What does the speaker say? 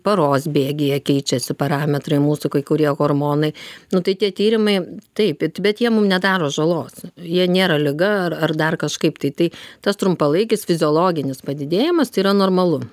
paros bėgyje keičiasi parametrai mūsų kai kurie hormonai nu tai tie tyrimai taip it bet jie mum nedaro žalos jie nėra liga ar ar dar kažkaip tai tai tas trumpalaikis fiziologinis padidėjimas tai yra normalu